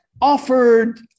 offered